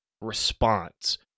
response